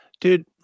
dude